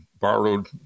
borrowed